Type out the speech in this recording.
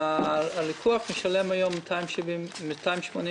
הלקוח משלם היום 280 שקל